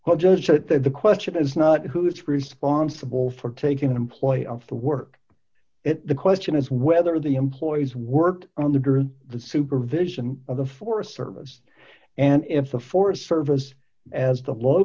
that the question is not who is responsible for taking an employee off to work it the question is whether the employees work under the supervision of the forest service and if the forest service as the lo